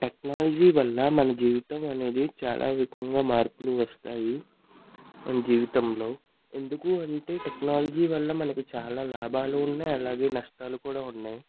technology వల్ల మన జీవితం అనేది చాలా రకంగా మార్పులు వస్తాయి మన జీవితంలో ఎందుకు అంటే టెక్నాలజీ వల్ల మనకి చాలా లాభాలు ఉన్నాయి అలాగే నష్టాలు కూడా ఉన్నాయి